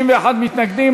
61 מתנגדים.